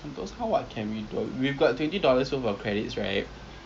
err um can lah I mean